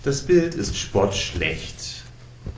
das bild ist spottschlecht